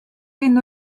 энэ